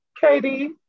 Katie